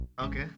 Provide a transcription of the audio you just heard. Okay